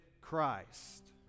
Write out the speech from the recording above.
Christ